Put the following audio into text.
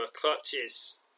Clutches